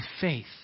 faith